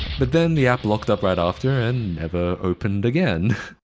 but then, the app locked up right after, and never opened again.